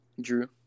Drew